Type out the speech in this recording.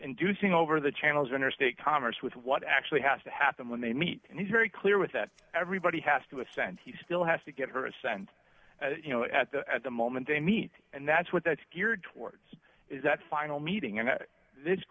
inducing over the channels interstate commerce with what actually has to happen when they meet and he's very clear with that everybody has to assent he still has to give her assent you know at the at the moment they meet and that's what that's geared towards is that final meeting